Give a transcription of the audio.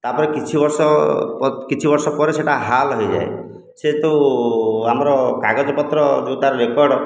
ତା'ପରେ କିଛି ବର୍ଷ ପ କିଛି ବର୍ଷ ପରେ ସେଟା ହାଲ ହୋଇଯାଏ ସେ ଯେଉଁ ଆମର କାଗଜପତ୍ର ଯେଉଁ ତା'ର ରେକର୍ଡ଼